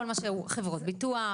כל מה שהוא חברות ביטוח,